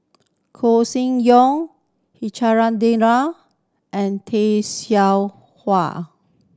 Koeh Sing Yong and Tay Seow Huah